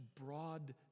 broad